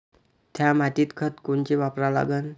थ्या मातीत खतं कोनचे वापरा लागन?